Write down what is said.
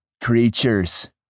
creatures